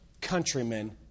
countrymen